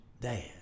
dad